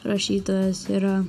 rašytojas yra